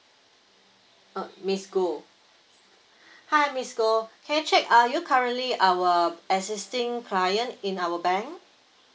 uh miss goh hi miss goh can I check uh are you currently our existing client in our bank